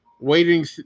waiting